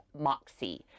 MOXIE